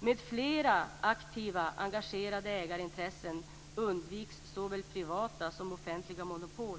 Med flera aktiva engagerade ägarintressen undviks såväl privata som offentliga monopol.